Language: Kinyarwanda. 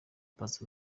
paccy